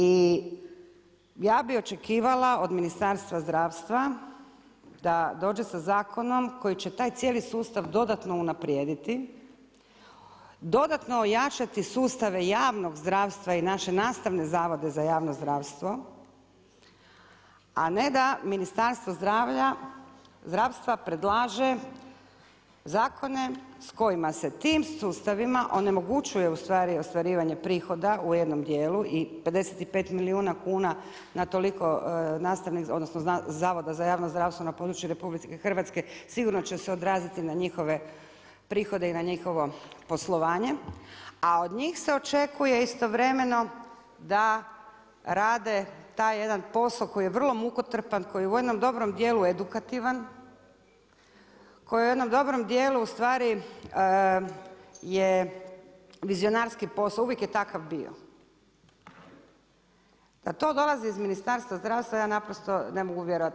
I ja bi očekivala od Ministarstva zdravstva da dođe sa zakonom koji će taj cijeli sustav dodatno unaprijediti, dodatno ojačati sustave javnog zdravstva i naše nastavne zavode za javno zdravstvo, a ne da Ministarstva zdravstva predlaže zakone s kojima se tim sustavima onemogućuje ostvarivanje prihoda u jednom dijelu i 55 milijuna kuna na toliko zavoda za javno zdravstvo na području RH sigurno će se odraziti na njihove prihode i na njihovo poslovanje, a od njih se očekuje istovremeno da rade taj jedan posao koji je vrlo mukotrpan koji je u jednom dobrom dijelu edukativan, koji je u jednom dobrom dijelu je vizionarski posao, uvijek je takav bio, da to dolazi iz Ministarstva zdravstva ja naprosto ne mogu vjerovati.